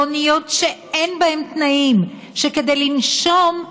באוניות שאין בהן תנאים, שכדי לנשום,